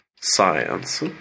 science